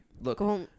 Look